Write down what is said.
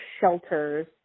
shelters